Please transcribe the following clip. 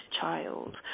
child